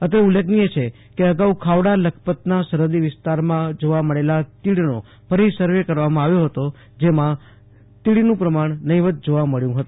અત્રે ઉલ્લેખનીય છે કે અગાઉ પણ ખાવડા લખપતના સરફદી વિસ્તારમાં જોવા મળેલા તીડનો ફરી સર્વે કરવામાં આવ્યો હતો જેમાં તીડનું પ્રમાણ નહીવત જોવા મબ્યું છે